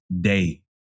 day